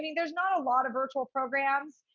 i mean there's not a lot of virtual programs,